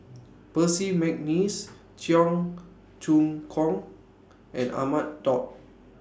Percy Mcneice Cheong Choong Kong and Ahmad Daud